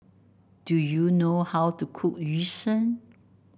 do you know how to cook Yu Sheng